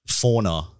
fauna